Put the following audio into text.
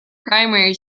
primary